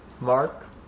Mark